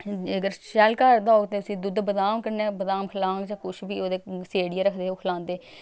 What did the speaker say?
अगर शैल घर दा होग ते उसी दुद्ध बदाम कन्नै बदाम खलाङ जां कुछ बी ओह्दे सेड़ियै रखदे ओह् खलांदे